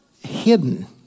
hidden